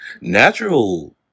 Natural